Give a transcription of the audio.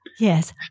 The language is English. Yes